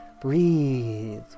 Breathe